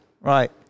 Right